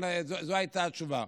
אבל זו הייתה התשובה.